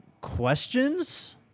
Questions